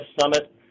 Summit